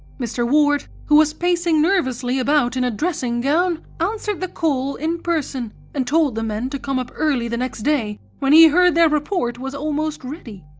mr. ward, who was pacing nervously about in a dressing-gown, answered the call in person and told the men to come up early the next day when he heard their report was almost ready.